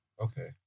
Okay